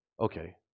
Okay